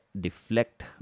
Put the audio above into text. deflect